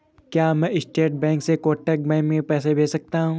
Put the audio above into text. क्या मैं state bank से कोटक बैंक में पैसे भेज सकता हूँ?